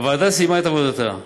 הוועדה סיימה את עבודתה,